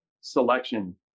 selection